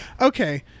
okay